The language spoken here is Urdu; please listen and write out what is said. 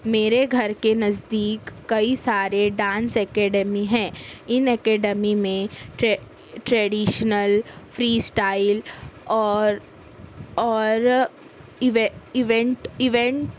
میرے گھر کے نزدیک کئی سارے ڈانس اکیڈمی ہیں اِن اکیڈمی میں ٹریڈیشنل فری اسٹائل اور اور ایوے ایونٹ ایونٹ